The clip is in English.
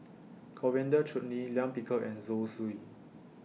Coriander Chutney Lime Pickle and Zosui